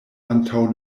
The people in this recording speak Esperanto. antaŭ